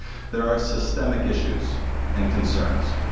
there are systemic issues and concerns